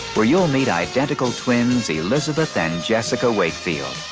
where you'll meet identical twins elizabeth and jessica wakefield.